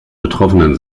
betroffenen